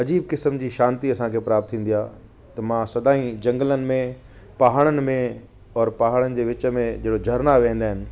अजीब क़िस्म जी शांती असांखे प्राप्त थींदी आ्हे त मां सदाई जंगलनि में पहाड़नि में पर पहाड़नि जे विच में जहिड़ो झरना वेहंदा आहिनि